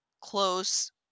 close